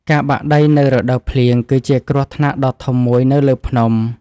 ការបាក់ដីនៅរដូវភ្លៀងគឺជាគ្រោះថ្នាក់ដ៏ធំមួយនៅលើភ្នំ។